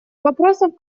вопросов